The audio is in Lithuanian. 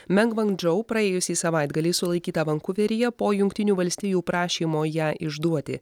mengvang džou praėjusį savaitgalį sulaikyta vankuveryje po jungtinių valstijų prašymo ją išduoti